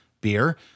beer